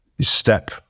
step